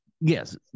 Yes